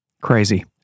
Crazy